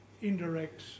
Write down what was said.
indirect